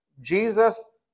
Jesus